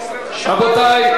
רבותי,